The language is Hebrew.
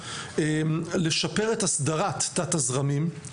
לשפר את הסדרת תת הזרמים,